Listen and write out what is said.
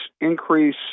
increase